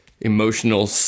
emotional